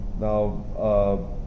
Now